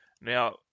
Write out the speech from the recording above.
Now